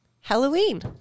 Halloween